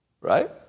Right